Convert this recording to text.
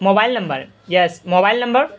mobile number yes mobile number